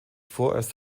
vorerst